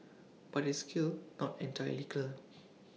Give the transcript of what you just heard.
but it's still not entirely clear